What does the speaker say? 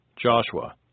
Joshua